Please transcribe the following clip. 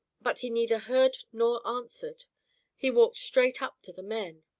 but he neither heard nor answered he walked straight up to the men.